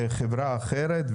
בחברה אחרת,